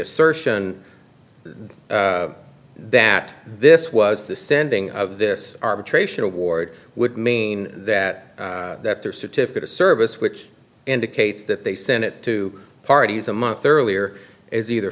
assertion that this was the sending of this arbitration award would mean that that there certificate of service which indicates that they sent it to parties a month earlier is either